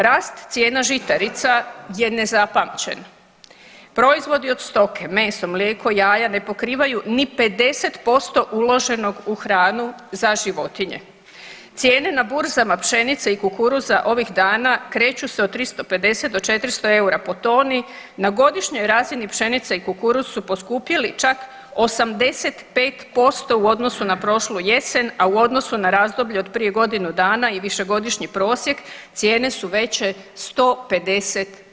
Rast cijena žitarica je nezapamćen, proizvodi od stoke meso, mlijeko, jaja ne pokrivaju ni 50% uloženog u hranu za životinje, cijene na burzama pšenice i kukuruza ovih dana kreću se od 350 do 400 eura po toni, na godišnjoj razini pšenica i kukuruz su poskupjeli čak 85% u odnosu na prošlu jesen, a u odnosu na razdoblje od prije godinu dana i višegodišnji prosjek cijene su veće 150%